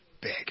big